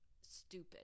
stupid